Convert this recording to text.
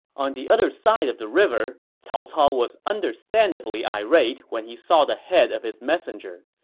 on the other side of the river, cao cao was understandably irate when he saw the head of his messenger.